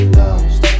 lost